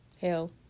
Hell